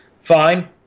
fine